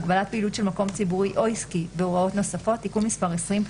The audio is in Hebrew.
(הגבלת פעילות של מקום ציבורי או עסקי והוראות נוספות) (תיקון מס' 20),